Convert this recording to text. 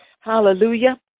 Hallelujah